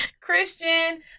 Christian –